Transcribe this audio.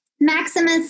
Maximus